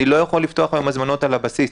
אני לא יכול לפתוח היום הזמנות על הבסיס.